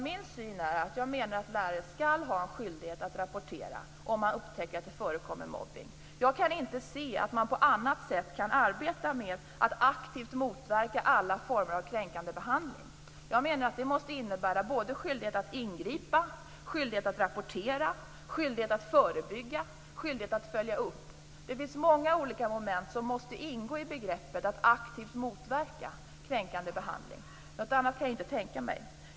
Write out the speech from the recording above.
Min syn är att lärare skall ha en skyldighet att rapportera om man upptäcker att det förekommer mobbning. Jag kan inte se att man på annat sätt kan arbeta med att aktivt motverka alla former av kränkande behandling. Jag menar att det måste innebära skyldighet att ingripa, skyldighet att rapportera, skyldighet att förebygga, skyldighet att följa upp. Det finns många olika moment som måste ingå i att aktivt motverka kränkande behandling. Något annat kan jag inte tänka mig.